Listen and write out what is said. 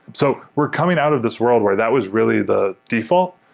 so we're coming out of this world where that was really the default.